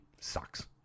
sucks